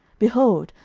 behold,